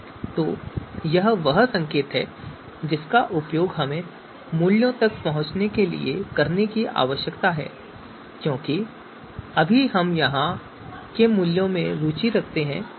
तो यह वह संकेत है जिसका उपयोग हमें मूल्यों तक पहुँचने के लिए करने की आवश्यकता है क्योंकि अभी हम यहाँ के मूल्यों में रुचि रखते हैं